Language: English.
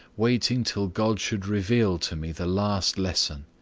waiting till god should reveal to me the last lesson.